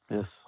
Yes